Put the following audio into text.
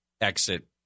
exit